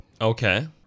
Okay